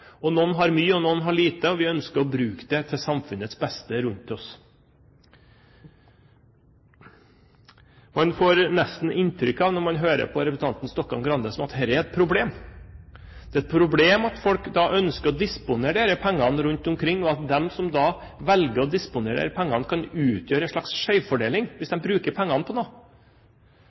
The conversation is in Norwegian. noen har mye, og noen har lite, og vi ønsker å bruke det til samfunnets beste rundt oss. Man får nesten inntrykk av, når man hører på representanten Stokkan-Grande, at dette er et problem, at det er et problem at folk ønsker å disponere disse pengene rundt omkring, og at de som velger å disponere disse pengene, kan utgjøre en slags skjevfordeling hvis de bruker pengene til noe.